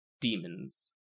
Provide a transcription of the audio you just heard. demons